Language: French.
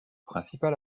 principal